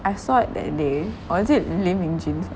I saw it that day or is itlee ming jin 's [one]